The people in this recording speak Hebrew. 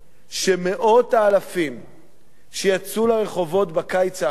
שמאות האלפים שיצאו לרחובות בקיץ האחרון